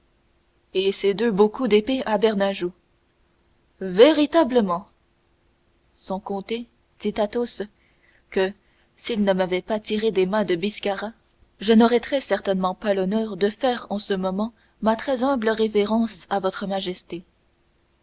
et ces deux beaux coups d'épée à bernajoux véritablement sans compter dit athos que s'il ne m'avait pas tiré des mains de biscarat je n'aurais très certainement pas l'honneur de faire en ce moment-ci ma très humble révérence à votre majesté